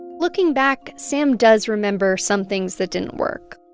looking back, sam does remember some things that didn't work.